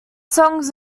songs